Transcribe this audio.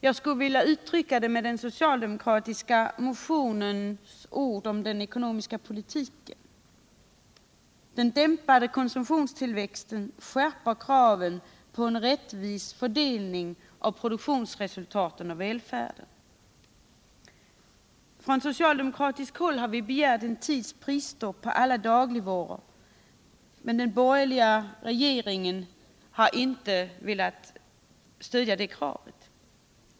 Jag skulle vilja uttrycka detta med att citera den socialdemokratiska motionens ord om den ekonomiska politiken: ”Den dämpade konsumtionstillväxten skärper kraven på en rättvis fördelning av produktionsresultaten och välfärden.” Från socialdemokratiskt håll har vi begärt en tids prisstopp på alla dagligvaror, men den borgerliga regeringen har inte velat stödja detta krav.